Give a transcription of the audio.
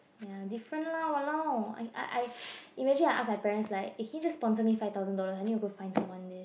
ya different lah !walao! I I I imagine I ask my parents like can you just sponsor me five thousand dollars I need go find someone there